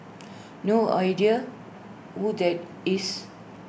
no idea who that is